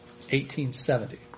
1870